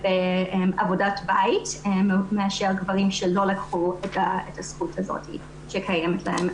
ובעבודת בית מאשר גברים שלא לקחו את הזכות הזאת כקיימת להם.